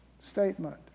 statement